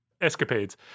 escapades